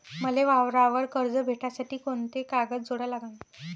मले वावरावर कर्ज भेटासाठी कोंते कागद जोडा लागन?